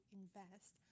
invest